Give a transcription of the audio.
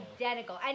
Identical